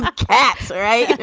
ah cats. all right.